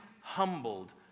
humbled